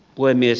puhemies